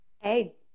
hey